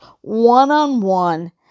one-on-one